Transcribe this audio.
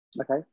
Okay